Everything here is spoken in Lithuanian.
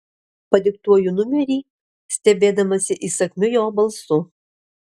padiktuoju numerį stebėdamasi įsakmiu jo balsu